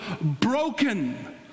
broken